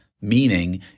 meaning